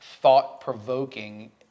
thought-provoking